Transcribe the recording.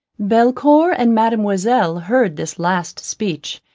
belcour and mademoiselle heard this last speech,